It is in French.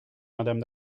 madame